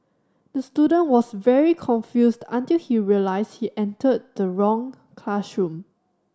the student was very confused until he realised he entered the wrong classroom